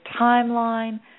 timeline